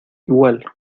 igual